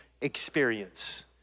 experience